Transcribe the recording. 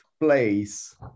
place